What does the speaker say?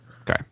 Okay